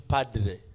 Padre